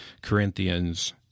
corinthians